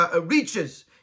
reaches